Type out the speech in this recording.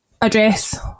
address